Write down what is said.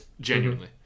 Genuinely